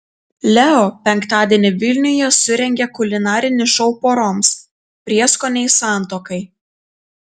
leo penktadienį vilniuje surengė kulinarinį šou poroms prieskoniai santuokai